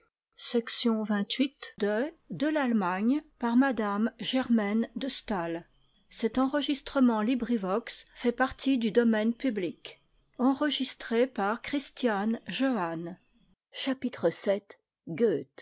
de m de